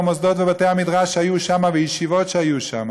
והמוסדות ובתי-המדרש שהיו שם והישיבות שהיו שם.